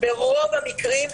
ברוב המקרים,